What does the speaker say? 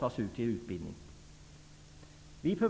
tas ut till utbildning.